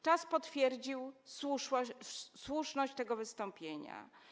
Czas potwierdził słuszność tego wystąpienia.